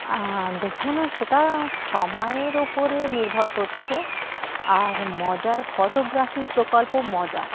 দেখুন সেটা সময়ের ওপরে নির্ভর করছে আর মজার ফটোগ্রাফি প্রকল্প মজার